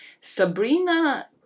Sabrina